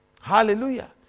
Hallelujah